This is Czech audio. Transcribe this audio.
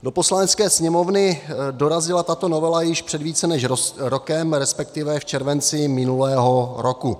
Do Poslanecké sněmovny dorazila tato novela již před více než rokem, resp. v červenci minulého roku.